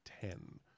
ten